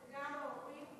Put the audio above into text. זה גם ההורים,